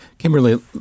Kimberly